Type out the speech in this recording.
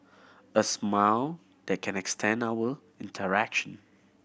a smile they can extent our interaction